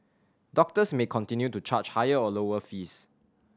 doctors may continue to charge higher or lower fees